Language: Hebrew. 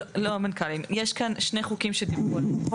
לא המנכ"לים, יש כאן שני חוקים שדיברו עליהם.